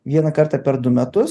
vieną kartą per du metus